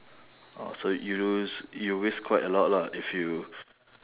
oh so you lose you risk quite a lot lah if you